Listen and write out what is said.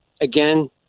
again